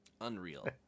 unreal